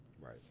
Right